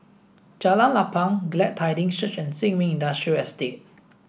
Jalan Lapang Glad Tidings Church and Sin Ming Industrial Estate